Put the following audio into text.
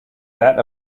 that